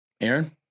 Aaron